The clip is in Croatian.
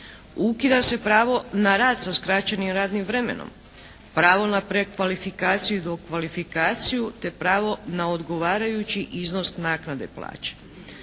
Ukida se pravo na rad sa skraćenim radnim vremenom, pravo na prekvalifikaciju, dokvalifikaciju, te pravo na odgovarajući iznos naknade plaće.